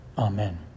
Amen